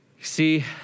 See